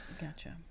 gotcha